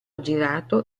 girato